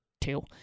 two